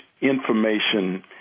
information